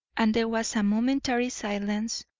and there was a momentary silence,